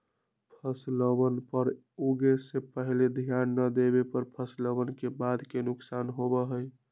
फसलवन पर उगे से पहले ध्यान ना देवे पर फसलवन के बाद के नुकसान होबा हई